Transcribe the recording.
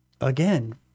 again